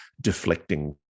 deflecting